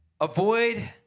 Avoid